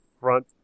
front